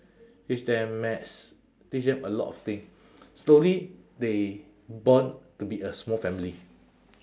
teach them maths teach them a lot of thing slowly they bond to be a small family